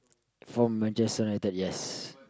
from Manchester-United yes